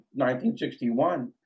1961